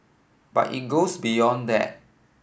but it goes beyond that